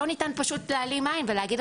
אי אפשר פשוט להעלים עין ולהגיד,